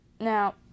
Now